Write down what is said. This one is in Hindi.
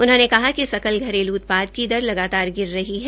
उन्होंने कहा कि सकल घरेलू उत्पाद की दर लगातार गिर रही है